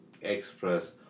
express